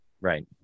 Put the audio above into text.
Right